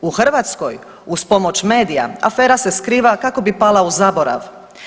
U Hrvatskoj uz pomoć medija afera se skriva kako bi pala u zaborav.